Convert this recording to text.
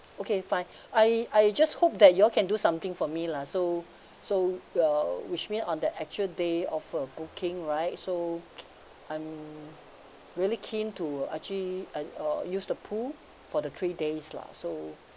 okay fine I I just hope that you all can do something for me lah so so uh which mean on the actual day of uh booking right so um really keen to actually uh use the pool for the three days lah so